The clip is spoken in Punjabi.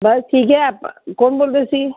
ਬਸ ਠੀਕ ਹੈ ਆਪ ਕੌਣ ਬੋਲਦੇ ਸੀ